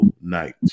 night